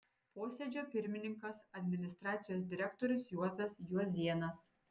posėdžio pirmininkas administracijos direktorius juozas juozėnas